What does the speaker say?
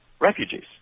refugees